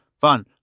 fun